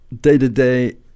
day-to-day